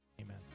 Amen